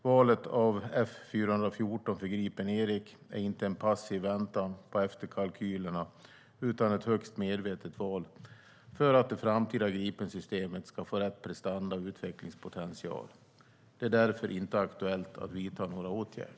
Valet av F414 för Gripen E är inte en passiv väntan på efterkalkylerna utan ett högst medvetet val för att det framtida Gripensystemet ska få rätt prestanda och utvecklingspotential. Det är därför inte aktuellt att vidta några åtgärder.